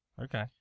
Okay